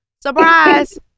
Surprise